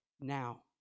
now